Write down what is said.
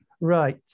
Right